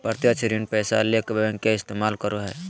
प्रत्यक्ष ऋण पैसा ले बैंक के इस्तमाल करो हइ